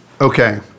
Okay